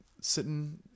sitting